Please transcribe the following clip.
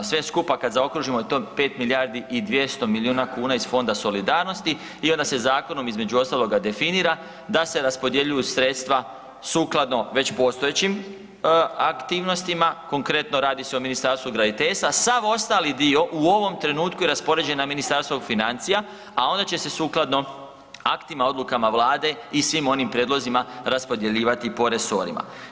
Sve skupa kad zaokružimo to je 5 milijardi i 200 milijuna kuna iz Fonda solidarnosti i onda se zakonom između ostaloga definira da se raspodjeljuju sredstva sukladno već postojećim aktivnostima, konkretno radi se o Ministarstvu graditeljstva, a sav ostali dio u ovom trenutku je raspoređen na Ministarstvo financija, a onda će se sukladno aktima i odlukama vlade i svim onim prijedlozima raspodjeljivati po resorima.